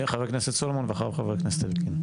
חבר הכנסת סולומון ואחריו חבר הכנסת אלקין.